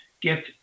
get